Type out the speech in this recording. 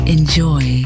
Enjoy